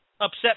upset